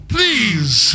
Please